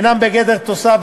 אינם בגדר תוסף,